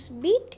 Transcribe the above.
beat